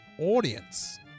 audience